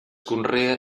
conrea